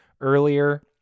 earlier